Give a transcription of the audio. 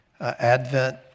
Advent